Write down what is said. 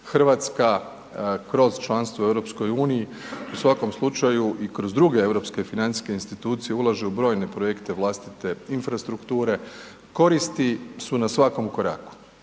Hrvatska kroz članstvo u EU u svakom slučaju i kroz druge europske financijske institucije ulaže u brojne projekte vlastite infrastrukture. Koristi su na svakom koraku